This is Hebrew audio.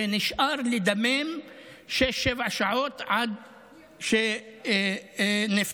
ונשאר לדמם שש, שבע שעות עד שנפטר.